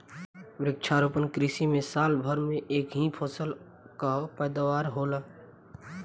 वृक्षारोपण कृषि में साल भर में एक ही फसल कअ पैदावार होला